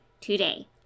today